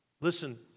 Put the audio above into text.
listen